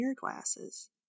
glasses